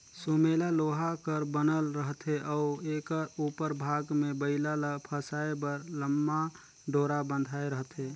सुमेला लोहा कर बनल रहथे अउ एकर उपर भाग मे बइला ल फसाए बर लम्मा डोरा बंधाए रहथे